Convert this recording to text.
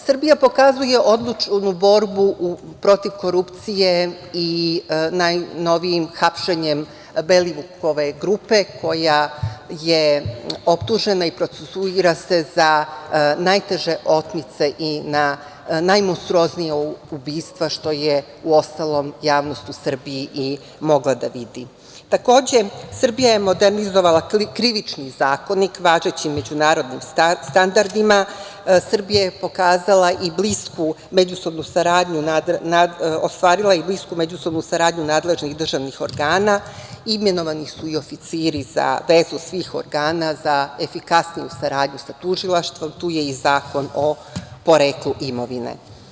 Srbija pokazuje odlučnu borbu protiv korupcije i najnovijim hapšenjem Belivukove grupe koja je optužena i procesuira se za najteže otmice i na najmonstruoznija ubistva što je javnost u Srbiji i mogla da vidi- Takođe, Srbija je modernizovala Krivični zakonik važećim međunarodnim standardima, Srbija je pokazala i ostvarila blisku međusobnu saradnju nadležnih državnih organa, imenovani su i oficiri za vezu svih organa za efikasniju saradnju sa Tužilaštvom, tu je i Zakon o poreklu imovine.